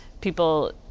people